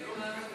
התשע"ו 2016,